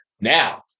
Now